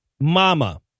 Mama